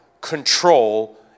control